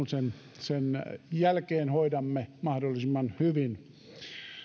sen sen jälkeen hoidamme mahdollisimman hyvin